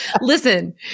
Listen